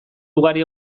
ugari